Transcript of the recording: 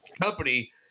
company